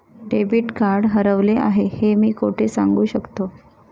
Debit card हरवले आहे हे मी कोठे सांगू शकतो?